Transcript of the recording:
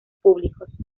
públicos